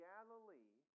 Galilee